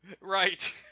Right